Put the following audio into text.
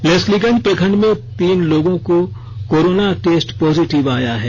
लेस्लीगंज प्रखंड में तीन लोगों का कोरोना टेस्ट पॉजिटिव आया है